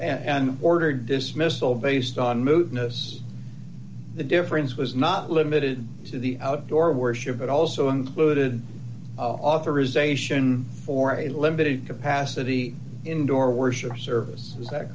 an order dismissal based on mootness the difference was not limited to the outdoor worship but also included authorisation for a limited capacity indoor worship service is that